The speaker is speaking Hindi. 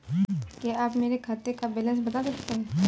क्या आप मेरे खाते का बैलेंस बता सकते हैं?